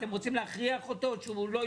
אתם רוצים להכריח אותו שהוא לא ילמד תורה?